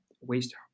waste